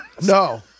No